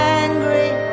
angry